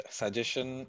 suggestion